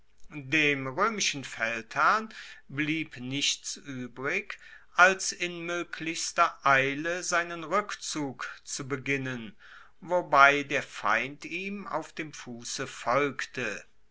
dem roemischen feldherrn blieb nichts uebrig als in moeglichster eile seinen rueckzug zu beginnen wobei der feind ihm auf dem fusse folgte